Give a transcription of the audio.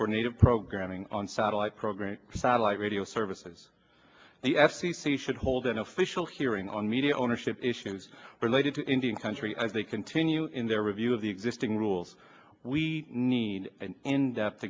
native programming on satellite programs satellite radio services the f c c should hold an official hearing on media ownership issues related to indian country as they continue in their review of the existing rules we need an in depth